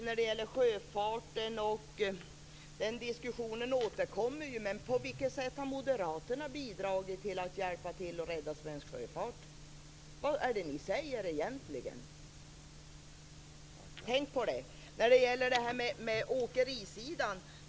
När det gäller sjöfarten är det en diskussion som återkommer. På vilket sätt har moderaterna bidragit till att hjälpa till att rädda svensk sjöfart? Vad är det ni säger egentligen? Vi vet att det finns problem på åkerisidan.